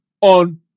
on